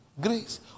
Grace